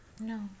No